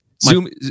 Zoom